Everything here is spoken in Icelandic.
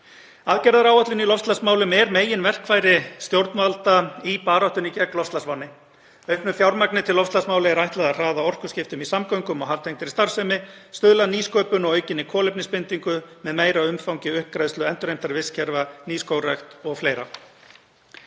Aðgerðaáætlun í loftslagsmálum er meginverkfæri stjórnvalda í baráttunni gegn loftslagsvánni. Auknu fjármagni til loftslagsmála er ætlað að hraða orkuskiptum í samgöngum og haftengdri starfsemi, stuðla að nýsköpun og aukinni kolefnisbindingu með meira umfangi uppgræðslu, endurheimt vistkerfa, nýskógrækt og fleira.